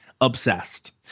Obsessed